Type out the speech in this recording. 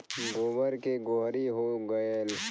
गोबर के गोहरी हो गएल